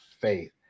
faith